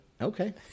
Okay